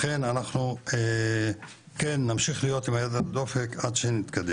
לכן אנחנו כן נמשיך להיות עם היד על הדופק עד שנתקדם.